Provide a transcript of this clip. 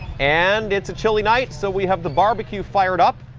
and it's a chilly night, so we have the barbecue fired up.